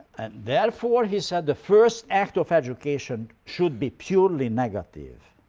and therefore, he said, the first act of education should be purely negative.